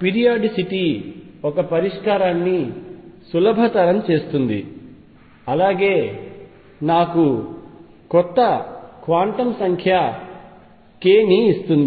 periodicity ఒక పరిష్కారాన్ని సులభతరం చేస్తుంది అలాగే నాకు కొత్త క్వాంటం సంఖ్య k ని ఇస్తుంది